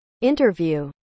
Interview